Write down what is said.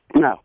No